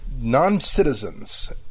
non-citizens